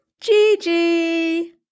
Gigi